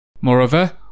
Moreover